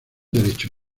derecho